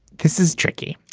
this is tricky